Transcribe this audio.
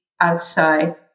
outside